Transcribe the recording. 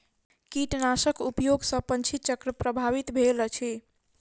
कीटनाशक उपयोग सॅ पंछी चक्र प्रभावित भेल अछि